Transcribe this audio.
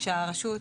כשהרשות,